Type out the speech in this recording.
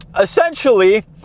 essentially